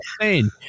insane